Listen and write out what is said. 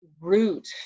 root